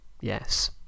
Yes